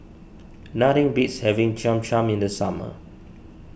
nothing beats having Cham Cham in the summer